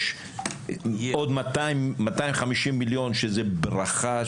יש עוד 250 מיליון שזה ברכה,